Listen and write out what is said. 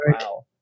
wow